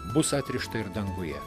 bus atrišta ir danguje